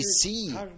see